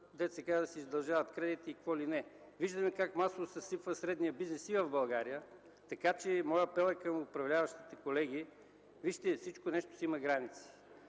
хора да си издължават кредитите и какво ли не. Виждаме как масово се съсипва средният бизнес и в България, така че моят апел е към управляващите колеги. Вижте, всяко нещо си има граници.